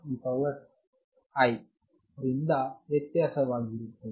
eidωdkk0t x ರಿಂದ ವ್ಯತ್ಯಾಸವಾಗಿರುತ್ತದೆ